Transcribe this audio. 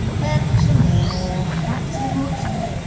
back to normal. back to the mortuary.